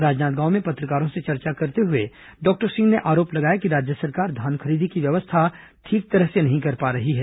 राजनांदगांव में पत्रकारों से चर्चा करते हुए डॉक्टर सिंह ने आरोप लगाया कि राज्य सरकार धान खरीदी की व्यवस्था ठीक तरह से नहीं कर पा रही है